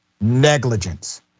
negligence